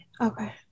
Okay